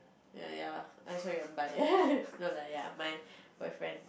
ya I'm sorry and bye no lah ya my boyfriend